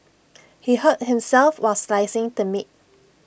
he hurt himself while slicing the meat